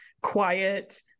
quiet